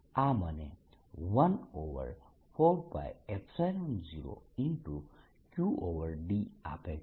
આ મને 14π0qd આપે છે